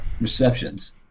receptions